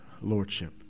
lordship